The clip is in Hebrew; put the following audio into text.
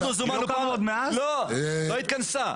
לא התכנסה.